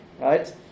Right